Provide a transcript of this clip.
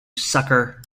sucker